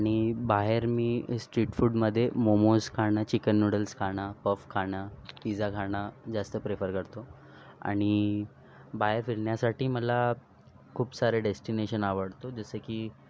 आणि बाहेर मी स्ट्रीट फूडमध्ये मोमोज खाणं चिकन नूडल्स खाणं पफ खाणं पिझा खाणं जास्त प्रेफर करतो आणि बाहेर फिरण्यासाठी मला खूप सारे डेस्टिनेशन आवडतो जसे की